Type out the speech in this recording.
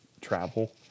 travel